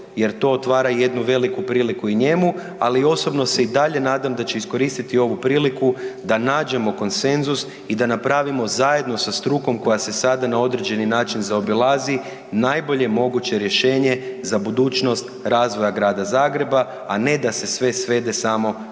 jer to otvara jednu veliku priliku i njemu, ali i osobno se i dalje nadam da će iskoristiti ovu priliku da nađemo konsenzus i da napravimo zajedno sa strukom koja se sada na određeni način zaobilazi najbolje moguće rješenje za budućnost razvoja grada Zagreba, a ne da se sve svede samo na